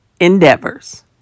endeavors